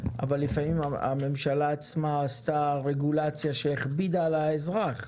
אבל לפעמים הממשלה עצמה עשתה רגולציה שהכבידה על האזרח,